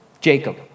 Jacob